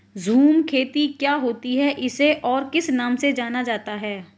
झूम खेती क्या होती है इसे और किस नाम से जाना जाता है?